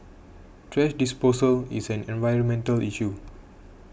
thrash disposal is an environmental issue